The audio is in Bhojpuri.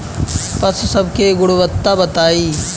पशु सब के गुणवत्ता बताई?